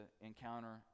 encounter